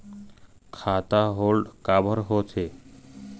खाता होल्ड काबर होथे?